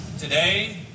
Today